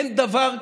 אין דבר כזה,